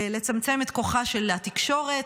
לצמצם את כוחה של התקשורת